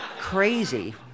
crazy